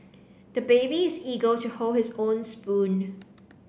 the baby is eager to hold his own spoon